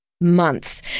Months